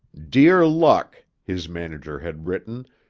dear luck, his manager had written,